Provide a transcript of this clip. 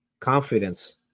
Confidence